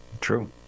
true